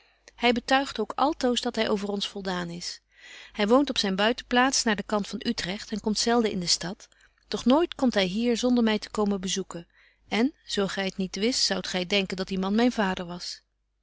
hy betuigt ook altoos dat hy over ons voldaan is hy woont op zyn buitenplaats naar den kant van utregt en komt zelden in de stad doch nooit komt hy hier zonder my te komen bezoeken en zo gy t niet wist zoudt gy denken dat die man myn vader was